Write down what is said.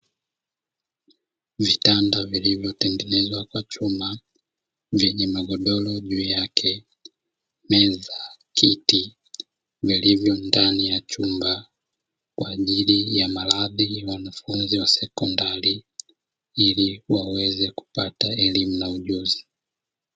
Vitanda vilivyotengenezwa kwa chuma vyenye magodoro juu yake, meza, kiti vilivyo ndani ya chumba kwajili ya malazi ya wanafunzi wa sekondari ili waweze kupata elimu na ujuzi.